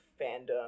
fandom